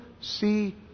see